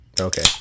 Okay